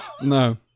No